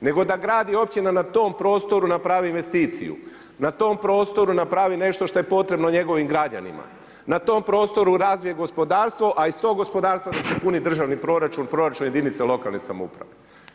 nego da grad i općina na tom prostoru napravi investiciju, na tom prostoru napravi nešto što je potrebno njegovim građanima, na tom prostoru razvije gospodarstvo, a iz tog gospodarstva da se puni državni proračun, proračun jedinice lokalne samouprave.